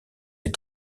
les